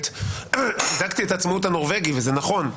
חיזקתי את עצמאות הנורבגי, וזה נכון,